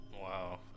wow